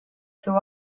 seu